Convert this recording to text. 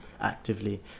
actively